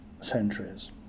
Centuries